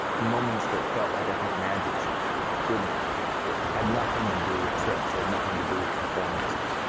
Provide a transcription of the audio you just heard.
moments that felt like i think magic should feel, good magic should feel, had nothing to do with tricks and nothing to do with performances.